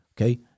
Okay